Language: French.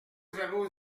zéro